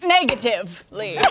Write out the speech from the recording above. Negatively